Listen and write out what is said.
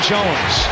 Jones